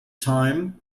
time